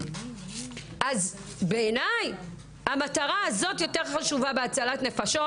אז בעיניי המטרה הזאת יותר חשובה בהצלת נפשות,